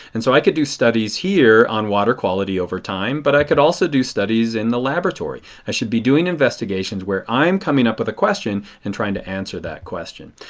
and so i could do studies here on water quality over time. but i could also do studies in the laboratory. i should be doing investigations where i am coming up with a question and trying to answer that question.